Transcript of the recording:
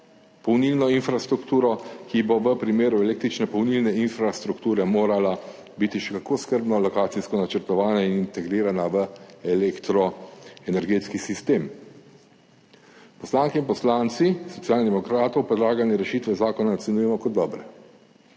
polnilno infrastrukturo, ki bo v primeru električne polnilne infrastrukture morala biti še kako skrbno lokacijsko načrtovana in integrirana v elektroenergetski sistem. Poslanke in poslanci Socialnih demokratov predlagane rešitve zakona ocenjujemo kot dobre.